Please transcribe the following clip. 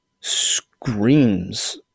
screams